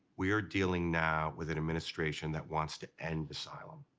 we are dealing now with an administration that wants to end asylum.